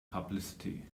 publicity